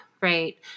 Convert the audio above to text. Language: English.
right